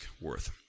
worth